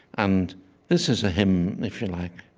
and this is a hymn, if you like